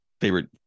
favorite